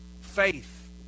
faith